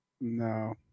No